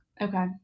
Okay